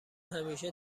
همیشه